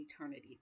eternity